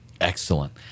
Excellent